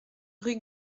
rue